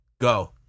Go